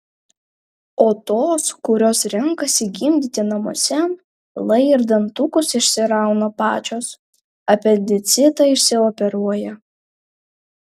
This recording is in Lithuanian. o tos kurios renkasi gimdyti namuose lai ir dantukus išsirauna pačios apendicitą išsioperuoja